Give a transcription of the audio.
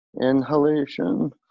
inhalation